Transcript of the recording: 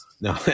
No